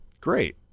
great